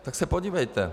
Tak se podívejte.